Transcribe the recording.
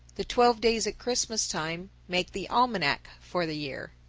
the twelve days at christmas time make the almanac for the year.